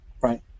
right